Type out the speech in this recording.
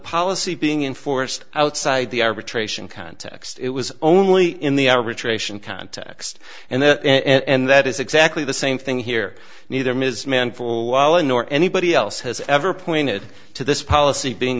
policy being enforced outside the arbitration context it was only in the average ration context and then and that is exactly the same thing here neither ms manful nor anybody else has ever pointed to this policy being